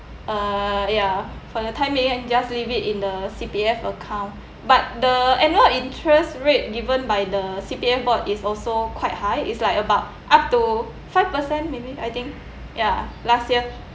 uh ya for the time being and just leave it in the C_P_F account but the annual interest rate given by the C_P_F board is also quite high is like about up to five per cent maybe I think ya last year